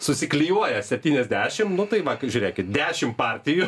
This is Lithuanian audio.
susiklijuoja septyniasdešim nu tai va žiūrėkit dešim partijų